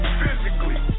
physically